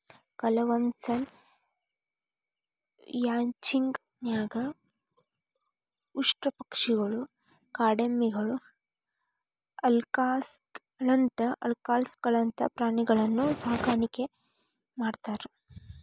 ಕೆಲವಂದ್ಸಲ ರ್ಯಾಂಚಿಂಗ್ ನ್ಯಾಗ ಉಷ್ಟ್ರಪಕ್ಷಿಗಳು, ಕಾಡೆಮ್ಮಿಗಳು, ಅಲ್ಕಾಸ್ಗಳಂತ ಪ್ರಾಣಿಗಳನ್ನೂ ಸಾಕಾಣಿಕೆ ಮಾಡ್ತಾರ